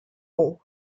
more